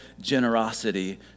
generosity